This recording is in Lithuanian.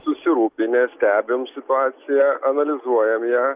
susirūpinę stebim situaciją analizuojam ją